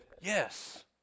yes